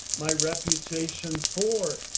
my reputation for?